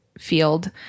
field